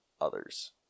others